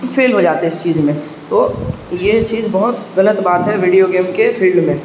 فیل ہو جاتے اس چیز میں تو یہ چیز بہت غلط بات ہے ویڈیو گیم کے فیلڈ میں